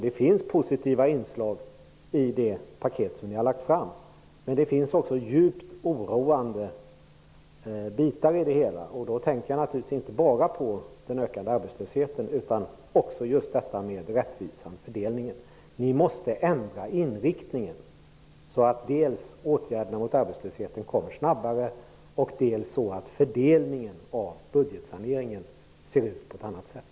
Det finns positiva inslag i det paket som ni har lagt fram, men det finns också djupt oroande delar i det hela. Då tänker jag naturligtvis inte bara på den ökade arbetslösheten utan också på rättvis fördelning. Ni måste ändra inriktningen så att dels åtgärderna mot arbetslösheten kommer snabbare, dels fördelningen av budgetsaneringen ser ut på ett annat sätt.